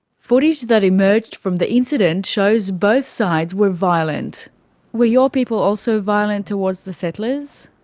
footage that emerged from the incident shows both sides were violent were your people also violent towards the settlers?